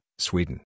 Sweden